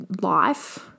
life